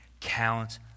count